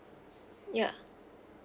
ya